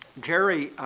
jerry,